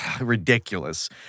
ridiculous